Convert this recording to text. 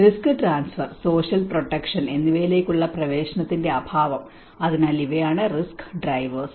risk transfer social protection എന്നിവയിലേക്കുള്ള പ്രവേശനത്തിന്റെ അഭാവം അതിനാൽ ഇവയാണ് റിസ്ക് ഡ്രൈവേഴ്സ്